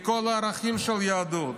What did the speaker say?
בכל הערכים של היהדות.